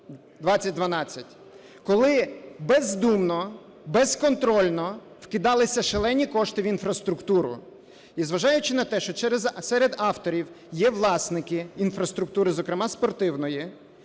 коли бездумно, безконтрольно вкидалися шалені кошти в інфраструктуру. І зважаючи на те, що серед авторів є власники інфраструктури, зокрема спортивної,